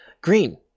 Green